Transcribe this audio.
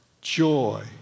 joy